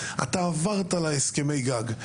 אתה עברת להסכמי גג.